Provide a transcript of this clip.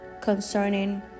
concerning